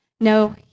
No